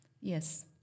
Yes